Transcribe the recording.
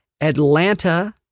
Atlanta